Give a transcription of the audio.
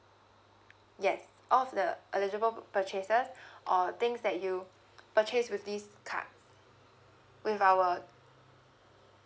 yes all of the eligible purchases or the things that you purchase with this card with our